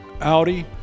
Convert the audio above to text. Audi